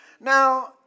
Now